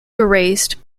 erased